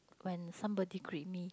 when somebody greet me